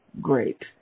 great